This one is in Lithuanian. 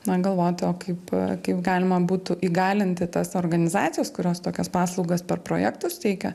na galvoti o kaip kaip galima būtų įgalinti tas organizacijas kurios tokias paslaugas per projektus teikia